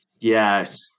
Yes